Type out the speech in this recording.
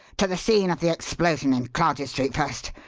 to the scene of the explosion in clarges street first,